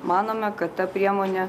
manome kad ta priemonė